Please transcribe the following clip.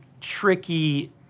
tricky